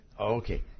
Okay